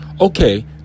Okay